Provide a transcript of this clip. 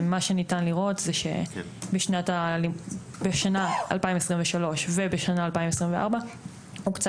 מה שניתן לראות זה שבשנה 2023 ובשנת 2024 הוקצה